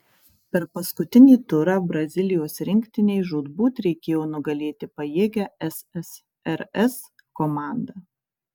per paskutinį turą brazilijos rinktinei žūtbūt reikėjo nugalėti pajėgią ssrs komandą